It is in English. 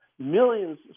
millions